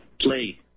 play